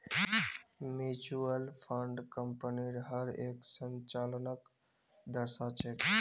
mutual fund कम्पनीर हर एक संचालनक दर्शा छेक